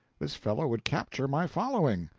this fellow would capture my following,